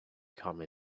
come